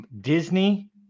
Disney